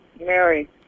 Mary